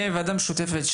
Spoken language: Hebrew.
תהיה וועדה משותפת,